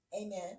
Amen